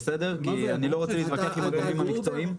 כי אני לא רוצה להתווכח עם הגורמים המקצועיים.